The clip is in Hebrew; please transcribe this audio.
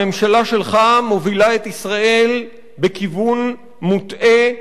הממשלה שלך מובילה את ישראל בכיוון מוטעה,